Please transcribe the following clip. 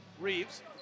Reeves